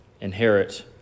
inherit